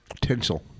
tinsel